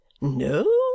No